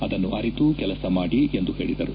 ಅದನ್ನು ಅರಿತು ಕೆಲಸ ಮಾಡಿ ಎಂದು ಹೇಳಿದರು